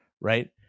right